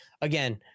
again